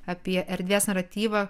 apie erdvės naratyvą